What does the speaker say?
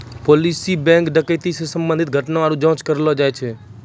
police bank डकैती से संबंधित घटना रो जांच करी रहलो छै